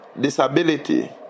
disability